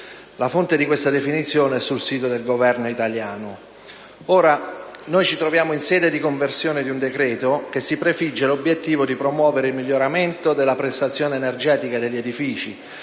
La fonte di questa definizione è sul sito del Governo italiano. Ora, ci troviamo in sede di conversione di un decreto che si prefigge l'obiettivo di promuovere il miglioramento della prestazione energetica degli edifici,